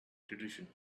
tradition